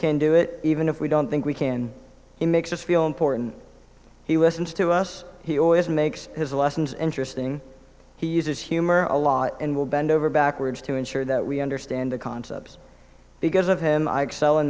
can do it even if we don't think we can he makes us feel important he listens to us he always makes his lessons interesting he uses humor a lot and will bend over backwards to ensure that we understand the concepts because of him